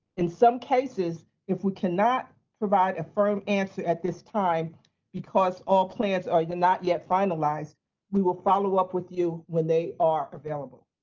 in some cases, if we cannot provide a firm answer at this time because all plans are not yet finalized we will follow up with you when they are available.